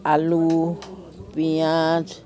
আলু পিঁয়াজ